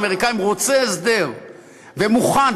רוצה הסדר ומוכן,